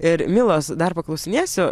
ir milos dar paklausinėsiu